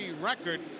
record